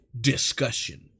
discussion